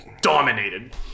dominated